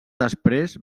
després